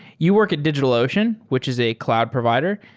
you work at digitalocean, which is a cloud provider.